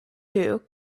two